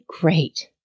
great